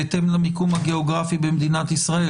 בהתאם למיקום הגיאוגרפי במדינת ישראל.